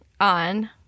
on